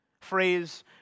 phrase